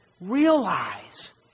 realize